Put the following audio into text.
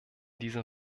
diesem